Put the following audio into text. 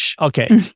Okay